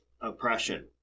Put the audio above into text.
oppression